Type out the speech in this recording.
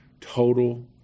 total